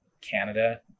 Canada